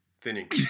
thinning